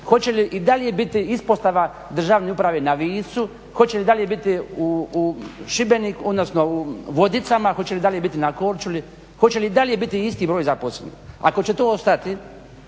Hoće li i dalje biti ispostava državne uprave na Visu, hoće li dalje biti u Vodicama, Korčuli, hoće li i dalje biti isti broj zaposlenih? Ako će to ostati,